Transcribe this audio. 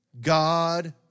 God